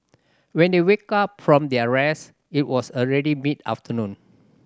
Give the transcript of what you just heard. when they wake up from their rest it was already mid afternoon